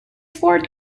fourth